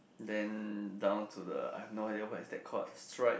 then down to the I have no idea what is that called stripe